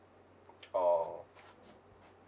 oh